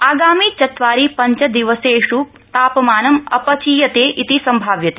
आगामि चत्वारि पञ्च दिवसेषु तापमानम् अपचीयते इति सम्भाव्यते